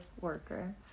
worker